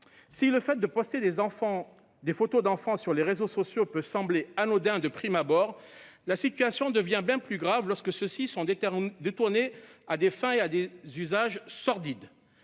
Si le fait de poster des photos d'enfants sur les réseaux sociaux peut sembler anodin de prime abord, la situation devient plus grave lorsque celles-ci sont détournées à des fins sordides.